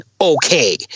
okay